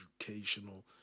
educational